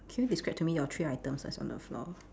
can you describe to me your three items that's on the floor